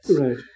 Right